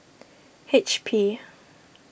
H P